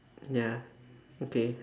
ya okay